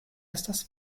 estas